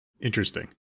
Interesting